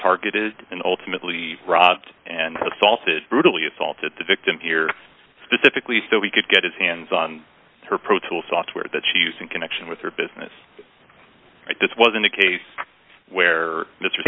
targeted and ultimately robbed and assaulted brutally assaulted the victim here specifically so we could get his hands on her pro tools software that she use in connection with your business this wasn't a case where m